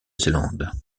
zélande